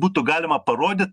būtų galima parodyt